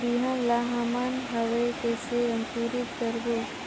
बिहान ला हमन हवे कइसे अंकुरित करबो?